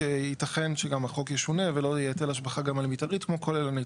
יתכן שגם החוק ישונה ולא יהיה היטל השבחה גם על מתארית כמו כוללנית.